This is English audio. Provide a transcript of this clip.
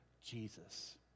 Jesus